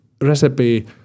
recipe